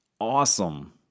awesome